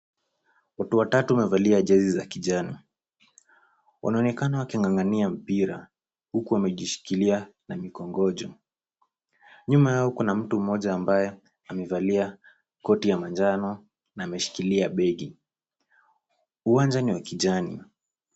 Watu watatu wamevalia jezi za kijani. Wanaonekana waking'ang'ania mpira huku wameshikilia na mikongojo. Nyuma yao kuna mtu mmoja ambaye amevalia koti ya manjano na ameshikilia begi. Uwanja ni wa kijani.